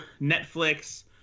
Netflix